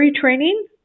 training